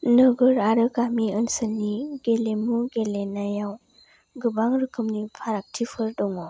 नोगोर आरो गामि ओनसोलनि गेलेमु गेलेनायाव गोबां रोखोमनि फारागथिफोर दङ